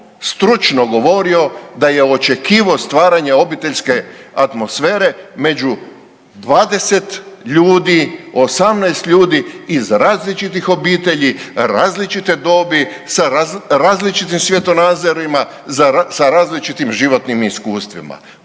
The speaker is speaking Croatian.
stručno govorio da je očekivao stvaranje obiteljske atmosfere među 20 ljudi, 18 ljudi iz različitih obitelji, različite dobi, sa različitim svjetonazorima, sa različitim životnim iskustvima.